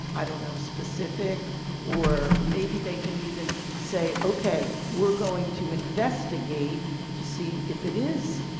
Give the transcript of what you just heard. i don't know, specific or maybe they can even say, okay, we're going to investigate to see if it is,